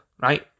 right